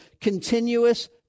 continuous